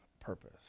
purpose